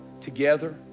together